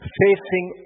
facing